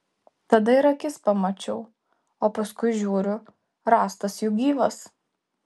tada ir akis pamačiau o paskui žiūriu rąstas juk gyvas